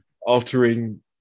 altering